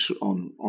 on